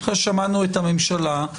אחרי ששמענו את הממשלה,